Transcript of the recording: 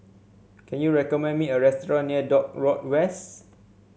can you recommend me a restaurant near Dock Road West